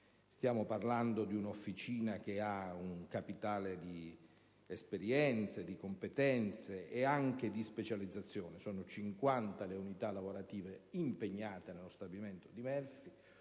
Stiamo parlando di un'officina che ha un capitale di esperienze, di competenze e di specializzazione: sono 50 le unità lavorative impegnate nello stabilimento di Melfi,